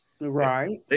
Right